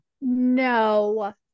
No